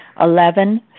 Eleven